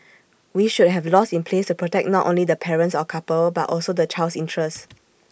we should have laws in place to protect not only the parents or couple but also the child's interest